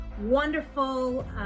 wonderful